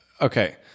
Okay